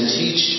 teach